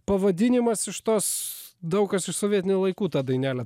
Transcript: pavadinimas iš tos daug kas iš sovietinių laikų tą dainelę